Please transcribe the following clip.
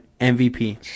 MVP